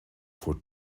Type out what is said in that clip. voor